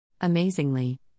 Amazingly